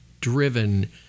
driven